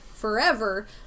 forever